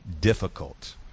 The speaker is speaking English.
difficult